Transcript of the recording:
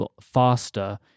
faster